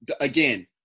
Again